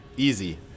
easy